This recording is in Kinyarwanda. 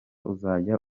uzajya